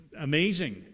amazing